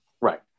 Right